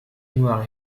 noir